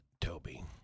Toby